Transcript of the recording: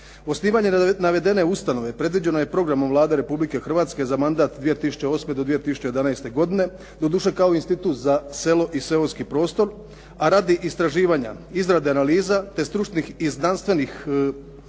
Osnivanje navedene ustanove predviđeno je programom Vlade Republike Hrvatske za mandat 2008. do 2011. godine, doduše kao institut za selo i seoski prostor, a radi istraživanja izrade analiza te stručnih i znanstvenih podloga